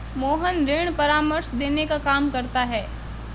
मोहन ऋण परामर्श देने का काम करता है